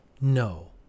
No